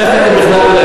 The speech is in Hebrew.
איך אתם בכלל,